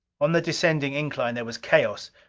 on the descending incline there was chaos.